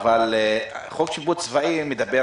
יש צו --- חוק השיפוט הצבאי נוגע